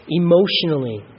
emotionally